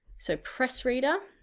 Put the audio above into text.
so pressreader,